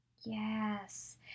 yes